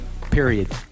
period